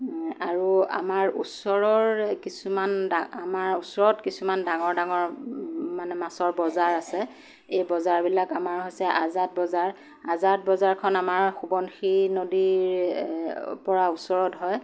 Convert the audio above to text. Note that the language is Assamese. আৰু আমাৰ ওচৰৰ কিছুমান ডা আমাৰ ওচৰত কিছুমান ডাঙৰ ডাঙৰ মানে মাছৰ বজাৰ আছে এই বজাৰবিলাক আমাৰ হৈছে আজাদ বজাৰ আজাদ বজাৰখন আমাৰ সোৱণশিৰি নদীৰ পৰা ওচৰত হয়